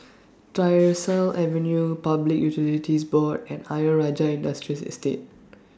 Tyersall Avenue Public Utilities Board and Ayer Rajah Industrial Estate